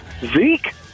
Zeke